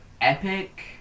epic